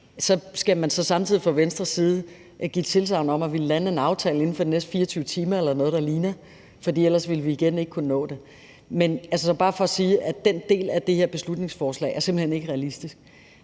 så skal man så samtidig fra Venstres side give tilsagn om at ville lande en aftale inden for de næste 24 timer eller noget, der ligner, for ellers ville vi igen ikke kunne nå det. Så det er bare at sige, at den del af det her beslutningsforslag simpelt hen ikke er realistisk.